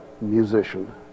musician